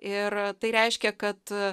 ir tai reiškia kad